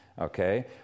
Okay